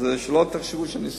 אז שלא תחשבו שאני שמחתי,